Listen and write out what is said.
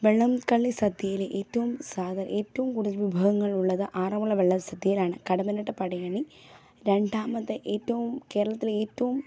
വള്ളംകളി സദ്യയിലെ ഏറ്റവും ഏറ്റവും കൂടുതൽ വിഭവങ്ങളുള്ളത് ആറന്മുള വള്ളസദ്യയിലാണ് കടമ്മനാട്ട് പടയണി രണ്ടാമത് ഏറ്റവും കേരളത്തിലെ ഏറ്റവും